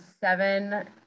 seven